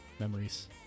memories